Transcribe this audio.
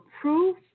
proof